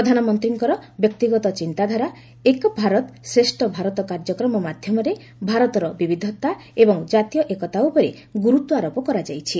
ପ୍ରଧାନମନ୍ତ୍ରୀଙ୍କର ବ୍ୟକ୍ତିଗତ ଚିନ୍ତାଧାରା ଏକ୍ ଭାରତ ଶ୍ରେଷ ଭାରତ କାର୍ଯ୍ୟକ୍ରମ ମାଧ୍ୟମରେ ଭାରତର ବିବିଧତା ଏବଂ କାତୀୟ ଏକତା ଉପରେ ଗୁରୁତ୍ୱ ଆରୋପ କରାଯାଇଛି